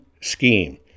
scheme